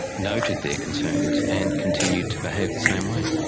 noted their concerns and continued to behave the same way.